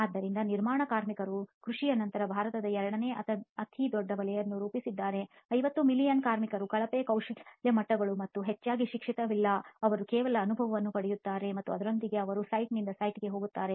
ಆದ್ದರಿಂದ ನಿರ್ಮಾಣ ಕಾರ್ಮಿಕರು ಕೃಷಿಯ ನಂತರ ಭಾರತದ ಎರಡನೇ ಅತಿದೊಡ್ಡ ವಲಯವನ್ನು ರೂಪಿಸುತ್ತಾರೆ 50 ಮಿಲಿಯನ್ ಕಾರ್ಮಿಕರು ಕಳಪೆ ಕೌಶಲ್ಯ ಮಟ್ಟಗಳು ಮತ್ತು ಹೆಚ್ಚಾಗಿ ಶಿಕ್ಷಣವಿಲ್ಲ ಅವರು ಕೇವಲ ಅನುಭವವನ್ನು ಪಡೆಯುತ್ತಾರೆ ಮತ್ತು ಅದರೊಂದಿಗೆ ಅವರು ಸೈಟ್site ನಿಂದ ಸೈಟ್ siteಗೆ ಹೋಗುತ್ತಾರೆ